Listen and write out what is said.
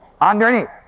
Underneath